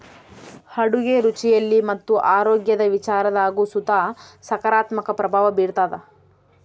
ಅಡುಗೆ ರುಚಿಯಲ್ಲಿ ಮತ್ತು ಆರೋಗ್ಯದ ವಿಚಾರದಾಗು ಸುತ ಸಕಾರಾತ್ಮಕ ಪ್ರಭಾವ ಬೀರ್ತಾದ